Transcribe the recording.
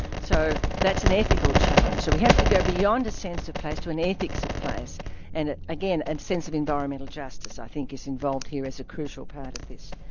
so that's an ethical challenge. so we have to go beyond a sense of place to an ethics of place and again, a and sense of environmental justice i think is involved here as a crucial part of this.